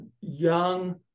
young